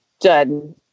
done